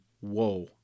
whoa